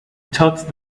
thought